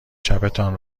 چپتان